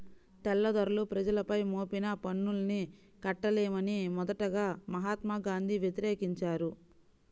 తెల్లదొరలు ప్రజలపై మోపిన పన్నుల్ని కట్టలేమని మొదటగా మహాత్మా గాంధీ వ్యతిరేకించారు